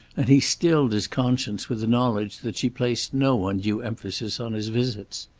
and he stilled his conscience with the knowledge that she placed no undue emphasis on his visits.